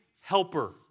helper